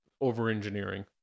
over-engineering